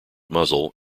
muzzle